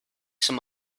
some